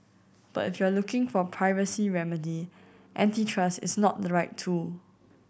but if you're looking for a privacy remedy antitrust is not the right tool